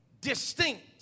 distinct